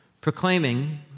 proclaiming